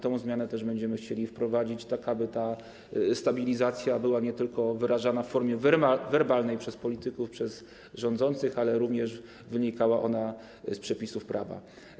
Tę zmianę też będziemy chcieli wprowadzić, tak aby stabilizacja była nie tylko wyrażana w formie werbalnej przez polityków, przez rządzących, ale również wynikała z przepisów prawa.